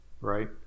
right